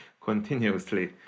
continuously